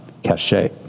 Cachet